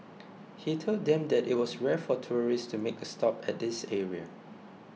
he told them that it was rare for tourists to make a stop at this area